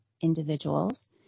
individuals